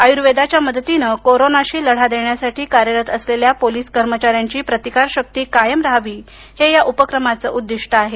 आयुर्वेदाच्या मदतीनं कोरोनाशी लढा देण्यासाठी कार्यरत असलेल्या पोलीस कर्मचाऱ्यांची प्रतिकार शक्ती कायम राहावी हे या उपक्रमाचे उद्दिष्ट आहे